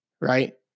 right